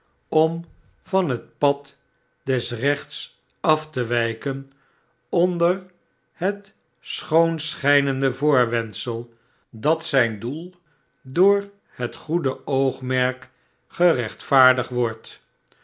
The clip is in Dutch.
om van het pad des rechts af te wijken onder het schoonschijnende voorwendsel dat zijn doel door het goede oogmerk gerechtvaardigd wordt